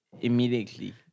immediately